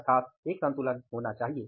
अर्थात एक संतुलन होना चाहिए